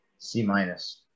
C-minus